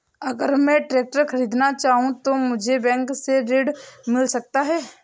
अगर मैं ट्रैक्टर खरीदना चाहूं तो मुझे बैंक से ऋण मिल सकता है?